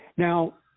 Now